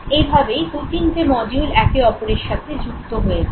এইভাবেই দু তিনটে মডিউল একে অপরের সাথে যুক্ত হয়ে যায়